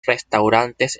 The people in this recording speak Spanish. restaurantes